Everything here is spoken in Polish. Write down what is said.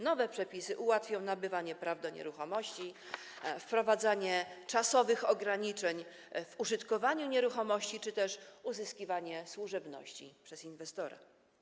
Nowe przepisy ułatwią nabywanie praw do nieruchomości, wprowadzanie czasowych ograniczeń w użytkowaniu nieruchomości czy też uzyskiwanie służebności przez inwestora.